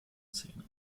zähne